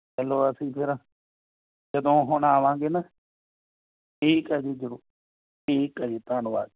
ਚਲੋ ਅਸੀਂ ਫਿਰ ਜਦੋਂ ਹੁਣ ਆਵਾਂਗੇ ਨਾ ਠੀਕ ਹੈ ਜੀ ਜ਼ਰੂਰ ਠੀਕ ਹੈ ਜੀ ਧੰਨਵਾਦ